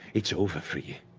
it's over for you.